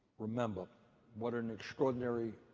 remember what an extraordinary